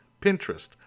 Pinterest